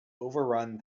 overrun